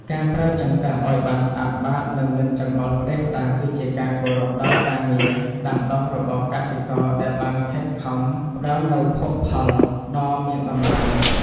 ការប្រើចង្កឹះឱ្យបានស្អាតបាតនិងមិនចង្អុលផ្តេសផ្តាសគឺជាការគោរពដល់ការងារដាំដុះរបស់កសិករដែលបានខិតខំផ្តល់នូវភោគផលដ៏មានតម្លៃ។